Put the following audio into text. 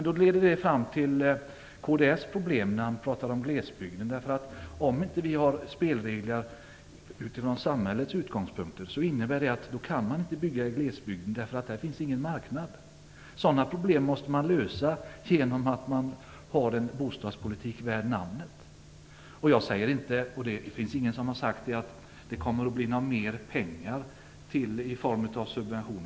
Det leder fram till det problem som kdsrepresentanten talade om. Om det inte finns spelregler som har skapats utifrån samhälleliga utgångspunkter, kan man inte bygga i glesbygden, därför att där finns ingen marknad. Sådana problem måste vi försöka lösa genom en bostadspolitik värd namnet. Jag säger inte, och det finns ingen som har sagt det, att det kommer att bli mer pengar i form av subventioner.